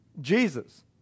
Jesus